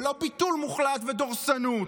ולא ביטול מוחלט ודורסנות.